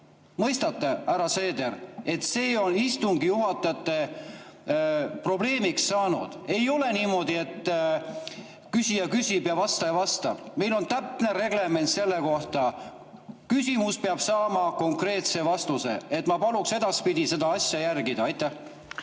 Mõistate, härra Seeder, et see on istungi juhatajate probleemiks saanud? Ei ole niimoodi, et küsija küsib ja vastaja vastab. Meil on täpne reglement selle kohta. Küsimus peab saama konkreetse vastuse. Ma paluks edaspidi seda asja järgida. Aitäh,